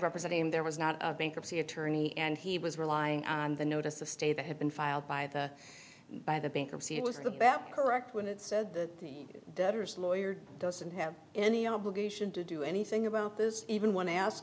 representing him there was not a bankruptcy attorney and he was relying on the notice of state that had been filed by the by the bankruptcy it was the bat correct when it said the debtors lawyer doesn't have any obligation to do anything about this even w